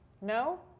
no